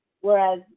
Whereas